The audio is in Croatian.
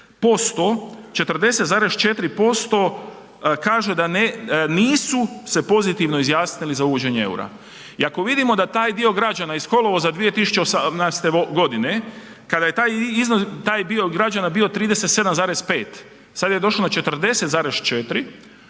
40,4% kaže nisu se pozitivno izjasnili za uvođenje eura i ako i vidimo da taj dio građana iz kolovoza 20018. g. kada je taj dio građana bio 37,5, sad je došlo na 44,4